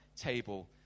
table